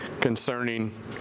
concerning